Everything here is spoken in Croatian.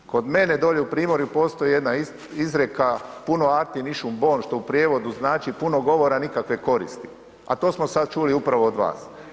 Kod mene dolje u primorju postoji jedna izreka, puno akti niš u bon, što u prijevodu znači puno govora nikakve koristi, a to smo sad čuli upravo od vas.